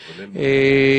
ראשית.